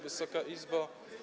Wysoka Izbo!